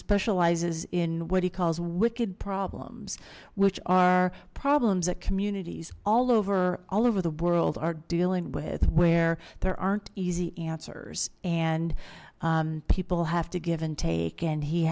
specializes in what he calls wicked problems which are problems at communities all over all over the world are dealing with where there aren't easy answers and people have to give and take and he